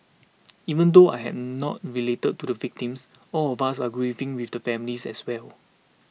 even though I had not related to the victims all of us are grieving with the families as well